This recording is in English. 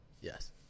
yes